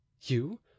You